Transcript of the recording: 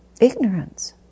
ignorance